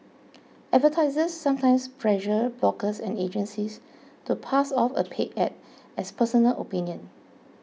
advertisers sometimes pressure bloggers and agencies to pass off a paid ad as personal opinion